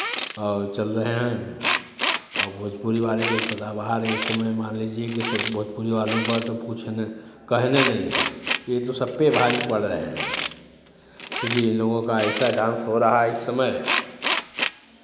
और चल रहे हैं और भोजपुरी वाले जो सदाबहार हैं इस समय मान लीजिये की भोजपुरी वालों का तो कुछ ने कहने नहीं हैं ये जो सब पे भारी पड़ रहे हैं क्योंकि ये लोगों का ऐसा डांस हो रहा है इस समय